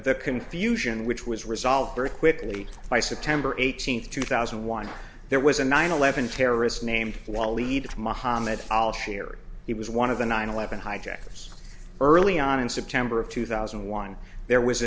the confusion which was resolved very quickly by september eighteenth two thousand and one there was a nine eleven terrorist named walid mohamed al shehri he was one of the nine eleven hijackers early on in september of two thousand and one there was